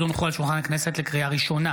לקריאה ראשונה,